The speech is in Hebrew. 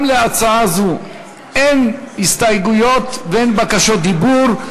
גם להצעה זו אין הסתייגויות ואין בקשות דיבור.